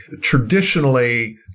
traditionally